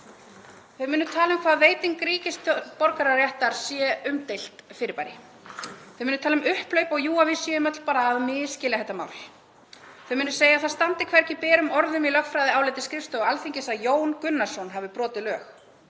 Þau munu tala um hvað veiting ríkisborgararéttar sé umdeilt fyrirbæri. Þau munu tala um upphlaup og að við séum öll bara að misskilja þetta mál. Þau munu segja að það standi hvergi berum orðum í lögfræðiáliti skrifstofu Alþingis að Jón Gunnarsson hafi brotið lög.